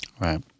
Right